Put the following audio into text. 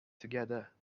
together